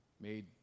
made